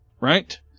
right